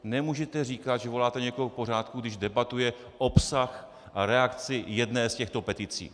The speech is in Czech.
Nemůžete říkat, že voláte někoho k pořádku, když debatuje obsah a reakci jedné z těchto petic.